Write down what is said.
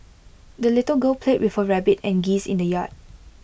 the little girl played with her rabbit and geese in the yard